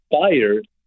fired